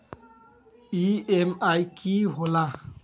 EMI की होला?